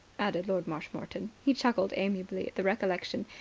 added lord marshmoreton. he chuckled amiably at the recollection.